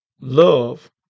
love